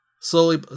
Slowly